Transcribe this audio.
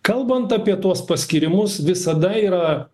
kalbant apie tuos paskyrimus visada yra